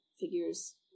figures